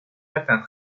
latin